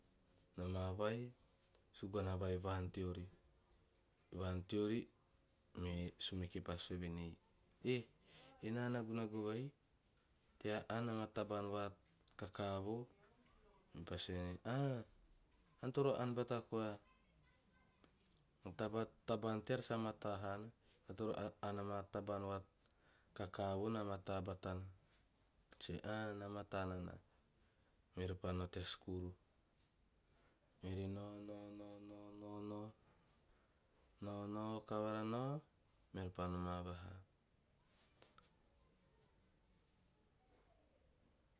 Noma vai suguna vai ei vaan teori. Me sumeke pa sue venei "eh ena nagunagu vai tea aan ama tabaam va kakavoo. Me pa sue venei "a ean toro aan bata koa a tabaan teara sa mataa haana ean toro ann ama tabaan va teo kakavoo nao - nao vakavara pa noma vaha.